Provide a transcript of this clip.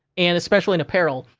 and especially in apparel,